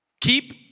Keep